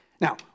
Now